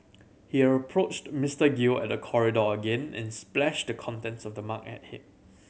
he approached Mister Gill at the corridor again and splashed the contents of the mug at him